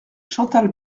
chantal